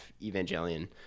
Evangelion